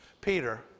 Peter